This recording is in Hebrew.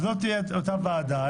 אז לא תהיה אותה ועדה,